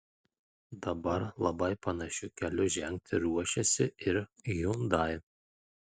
dabar labai panašiu keliu žengti ruošiasi ir hyundai